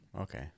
Okay